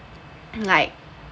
like